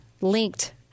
linked